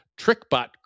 Trickbot